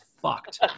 fucked